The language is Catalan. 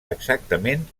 exactament